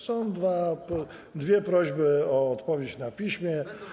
Są dwie prośby o odpowiedź na piśmie.